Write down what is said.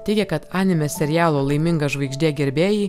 teigia kad anime serialo laiminga žvaigždė gerbėjai